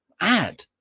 add